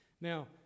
Now